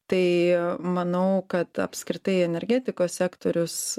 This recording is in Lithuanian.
tai manau kad apskritai energetikos sektorius